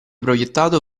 proiettato